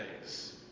days